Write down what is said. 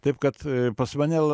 taip kad pas mane